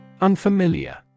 unfamiliar